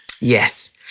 Yes